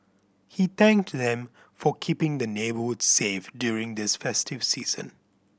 he thanked them for keeping the neighbourhood safe during this festive season